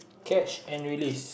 catch and release